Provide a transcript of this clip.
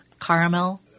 caramel